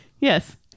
Yes